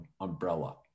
umbrella